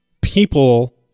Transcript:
people